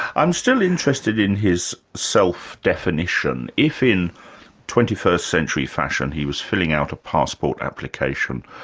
i'm still interested in his self-definition. if in twenty first century fashion he was filling out a passport application,